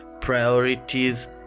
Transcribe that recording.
priorities